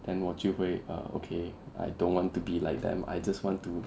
then 我就会 err okay I don't want to be like them I just want to